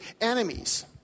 enemies